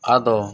ᱟᱫᱚ